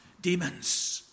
Demons